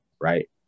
right